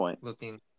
looking